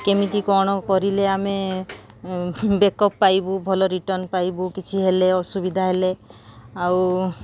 କେମିତି କ'ଣ କରିଲେ ଆମେ ବେକଅପ୍ ପାଇବୁ ଭଲ ରିଟର୍ନ ପାଇବୁ କିଛି ହେଲେ ଅସୁବିଧା ହେଲେ ଆଉ